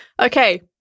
Okay